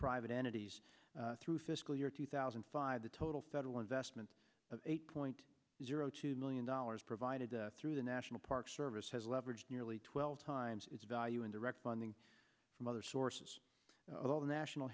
private entities through fiscal year two thousand and five the total federal investment of eight point zero two million dollars provided through the national parks service has leverage nearly twelve times its value in direct funding from other sources all the national